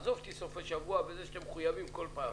עזוב את סופי השבוע כשאתם חייבים כל פעם,